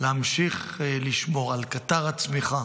להמשיך לשמור על קטר הצמיחה